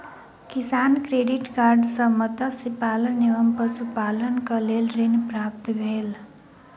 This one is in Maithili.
किसान क्रेडिट कार्ड सॅ मत्स्य पालन एवं पशुपालनक लेल ऋण प्राप्त भेल